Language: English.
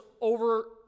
over